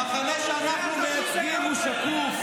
המחנה שאנחנו מייצגים הוא שקוף.